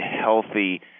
healthy